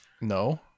No